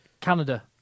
Canada